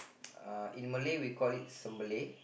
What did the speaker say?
uh in Malay we call it sembelih